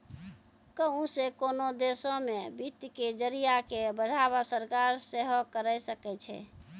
कहुं से कोनो देशो मे वित्त के जरिया के बढ़ावा सरकार सेहे करे सकै छै